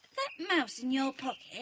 that mouse in your pocket?